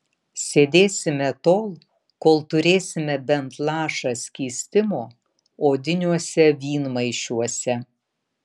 sėdėsime tol kol turėsime bent lašą skystimo odiniuose vynmaišiuose